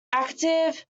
active